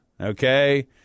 okay